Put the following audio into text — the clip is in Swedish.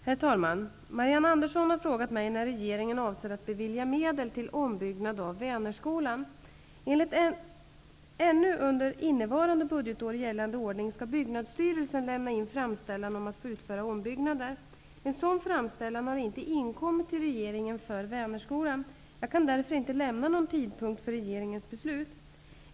Herr talman! Marianne Andersson har frågat mig när regeringen avser att bevilja medel till ombyggnad av Vänerskolan. Enligt ännu under innevarande budgetår gällande ordning skall Byggnadsstyrelen lämna in framställan om att få utföra ombyggnader. En sådan framställan för Vänerskolan har inte inkommit till regeringen. Jag kan därför inte lämna någon tidpunkt för regeringens beslut.